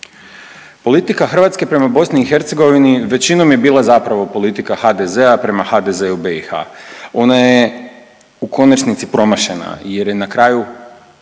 Politika Hrvatske prema BiH većinom je bila zapravo politika HDZ-a prema HDZ-u BiH, ona je u konačnici promašena jer je na kraju